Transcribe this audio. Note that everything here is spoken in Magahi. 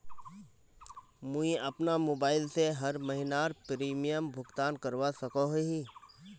मुई अपना मोबाईल से हर महीनार प्रीमियम भुगतान करवा सकोहो ही?